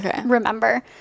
remember